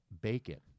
bacon